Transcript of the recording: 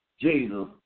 Jesus